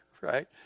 right